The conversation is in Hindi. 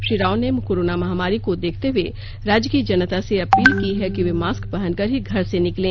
श्री राव ने कोरोना महामारी को देखते हुए राज्य की जनता से अपील की है कि वे मास्क पहनकर ही घर से निकलें